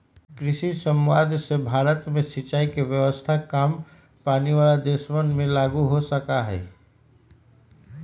कृषि समवाद से भारत में सिंचाई के व्यवस्था काम पानी वाला देशवन में लागु हो सका हई